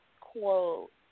quote